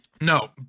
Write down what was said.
No